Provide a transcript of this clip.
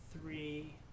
three